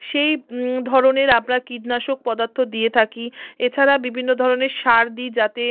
সেই ধরনের আমরা কীটনাশক পদার্থ দিয়ে থাকি এছাড়া বিভিন্ন ধরনের সার দিই যাতে